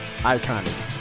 iconic